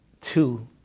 two